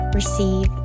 receive